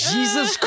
Jesus